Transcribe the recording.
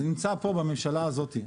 זה נמצא פה בממשלה הזאתי,